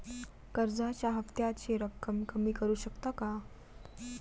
कर्जाच्या हफ्त्याची रक्कम कमी करू शकतो का?